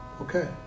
Okay